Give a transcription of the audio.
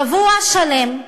שבוע שלם,